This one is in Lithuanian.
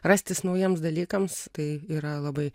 rastis naujiems dalykams tai yra labai